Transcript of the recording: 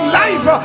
life